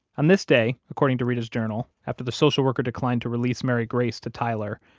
on this day, according to reta's journal, after the social worker declined to release mary grace to tyler,